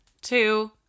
two